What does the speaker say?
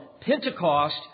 Pentecost